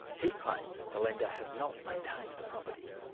he claims the lender has not maintained the property.